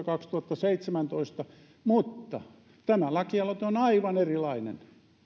kaksituhattaseitsemäntoista mutta tämä lakialoite on aivan erilainen te jätätte